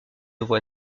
voie